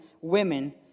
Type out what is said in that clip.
women